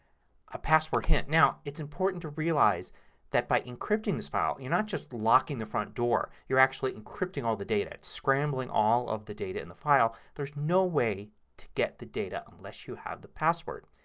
ah password hint. now it's important to realize that by encrypting this file you're not just locking the front door. you're actually encrypting all the data. scrambling all of the data in the file. there's no way to get the data unless you have the password.